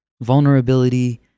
vulnerability